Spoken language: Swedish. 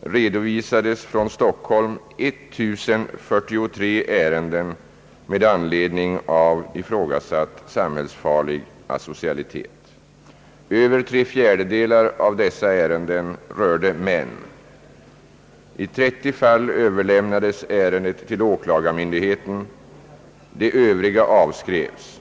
redovisades från Stockholm 1 043 ärenden med anledning av ifrågasatt samhällsfarlig asocialitet. Över tre fjärdedelar av dessa rörde män. I 30 fall överlämnades ärendet till åklagarmyndigheten, de övriga avskrevs.